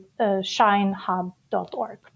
ShineHub.org